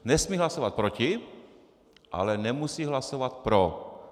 Nesmí hlasovat proti, ale nemusí hlasovat pro.